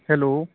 hello